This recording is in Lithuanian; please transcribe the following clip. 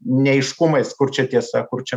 neaiškumais kur čia tiesa kur čia